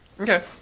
Okay